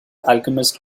alchemist